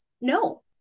No